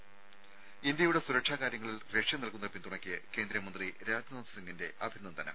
ത ഇന്ത്യയുടെ സുരക്ഷാ കാര്യങ്ങളിൽ റഷ്യ നൽകുന്ന പിന്തുണയ്ക്ക് കേന്ദ്രമന്ത്രി രാജ്നാഥ് സിംഗിന്റെ അഭിനന്ദനം